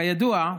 כידוע,